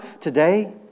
today